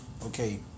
Okay